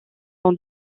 son